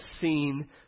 seen